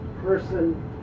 person